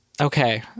Okay